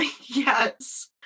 Yes